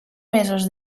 mesos